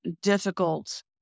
difficult